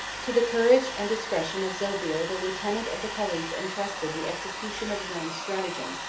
to the courage and discretion of zobeir the lieutenant of the caliph intrusted the execution of his own stratagem,